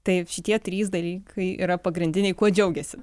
tai šitie trys dalykai yra pagrindiniai kuo džiaugiasi